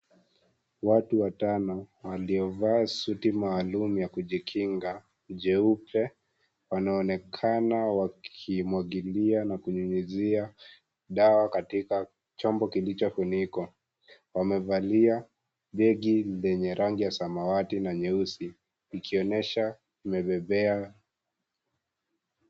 Watu watano waliovaa suti maalum ya kujikinga jeupe wanaonekana wakimwagilia na kunyunyizia dawa katika chombo kilichofunikwa. Wamevalia begi lenye rangi ya samawati na nyeusi ikionyesha imebebea.